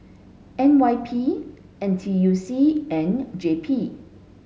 N Y P N T U C and J P